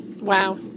Wow